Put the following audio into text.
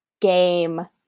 game